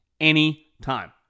anytime